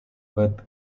with